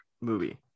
movie